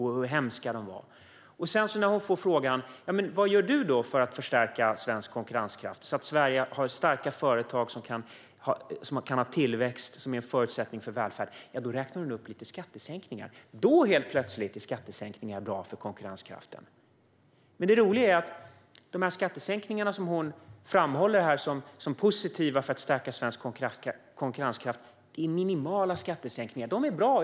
När hon så får frågan vad hon själv gör för att förstärka svensk konkurrenskraft så att Sveriges företag kan stärkas och ge tillväxt, vilket är en förutsättning för välfärd, ja, då räknar hon upp lite skattesänkningar. Då helt plötsligt är skattesänkningar bra för konkurrenskraften! Det roliga är att de skattesänkningar som hon här framhåller som positiva för att stärka svensk konkurrenskraft är minimala skattesänkningar. De är bra!